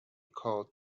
called